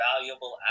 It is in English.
valuable